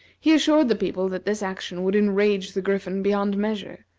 he assured the people that this action would enrage the griffin beyond measure,